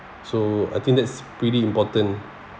so I think that's pretty important